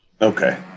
Okay